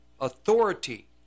authority